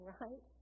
right